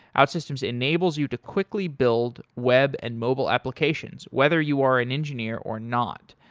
outsystems enables you to quickly build web and mobile applications whether you are an engineer or not.